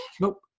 Nope